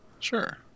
Sure